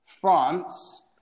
France